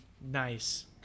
Nice